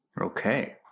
okay